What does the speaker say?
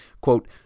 Quote